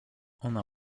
ona